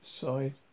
side